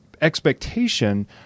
expectation